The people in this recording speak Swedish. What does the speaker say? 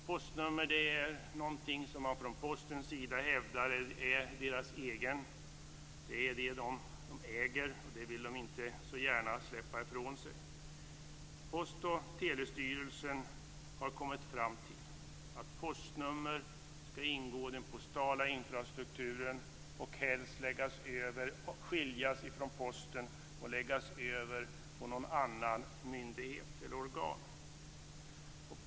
Postnummer är någonting som man från Postens sida hävdar är deras. Det är det de äger, och det vill de inte så gärna släppa ifrån sig. Post och telestyrelsen har kommit fram till att postnumren skall ingå i den postala infrastrukturen och helst skiljas ifrån Posten och läggas över på någon annan myndighet eller på något annat organ.